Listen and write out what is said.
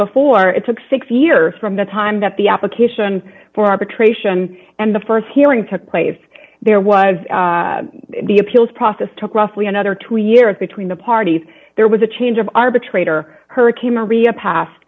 before it took six years from the time that the application for arbitration and the st hearing took place there was the appeals process took roughly another two years between the parties there was a change of arbitrator hurricane maria pas